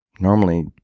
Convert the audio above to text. normally